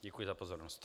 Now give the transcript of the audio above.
Děkuji za pozornost.